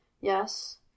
Yes